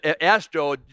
Astro